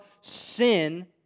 sin